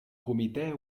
comitè